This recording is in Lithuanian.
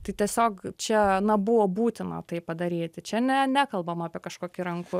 tai tiesiog čia nebuvo būtina tai padaryti čia nekalbama apie kažkokį rankų